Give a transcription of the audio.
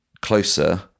closer